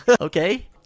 Okay